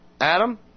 Adam